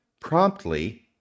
promptly